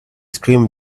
screamed